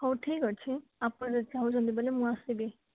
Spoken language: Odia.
ହଉ ଠିକ୍ ଅଛି ଆପଣ ଯଦି ଚାହୁଁଚନ୍ତି ବୋଲେ ମୁଁ ଆସିବି